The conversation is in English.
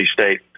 State